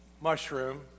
mushroom